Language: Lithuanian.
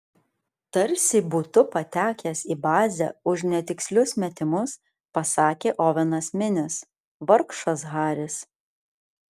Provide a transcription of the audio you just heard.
tarsi būtu patekęs į bazę už netikslius metimus pasakė ovenas minis vargšas haris